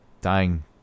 dying